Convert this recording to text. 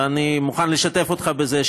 ואני מוכן לשתף אותך בזה,